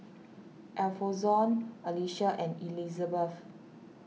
Alfonzo Alicia and Elisabeth